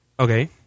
okay